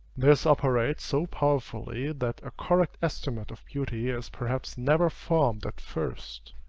this operates so powerfully, that a correct estimate of beauty is perhaps never formed at first.